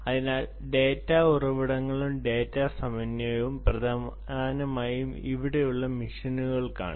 അതിനാൽ ഡാറ്റാ ഉറവിടങ്ങളും ഡാറ്റ സമന്വയവും പ്രധാനമായും ഇവിടെയുള്ള മെഷീനുകൾക്കാണ്